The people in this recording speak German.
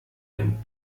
ein